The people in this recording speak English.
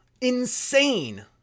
insane